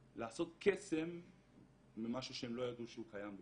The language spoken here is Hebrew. ולעשות קסם ממשהו שהם לא ידעו שהוא קיים בכלל.